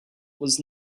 was